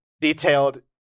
detailed